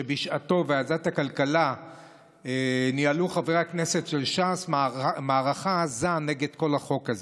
שבשעתו בוועדת הכלכלה ניהלו חברי הכנסת של ש"ס מערכה עזה נגד כל החוק.